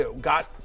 got –